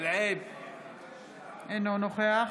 אינו נוכח